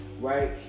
right